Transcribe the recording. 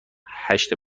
هشت